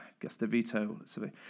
Gustavito